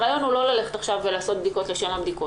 הרעיון הוא לא לערוך עכשיו בדיקות לשם הבדיקות